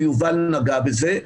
יובל לא נגע בזה,